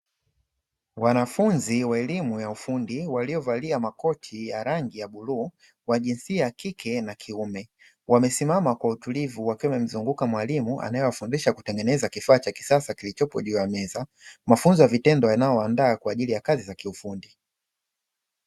Wanafunzi wa elimu ya ufundi waliyovalia makoti ya rangi ya bluu wa jinsia ya kike na kiume ,wamesimama kwa utulivu wakiwa wamemzunguka mwalimu anayewafundisha kutengeneza kifaa cha kisasa kilichopo juu ya meza, mafunzo ya vitendo yanayowaanda kwaajili ya kazi za kiufundi.